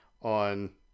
on